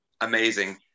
amazing